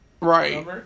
right